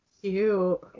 cute